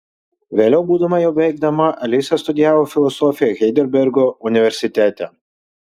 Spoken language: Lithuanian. vėliau būdama jau beveik dama alisa studijavo filosofiją heidelbergo universitete